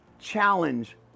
challenge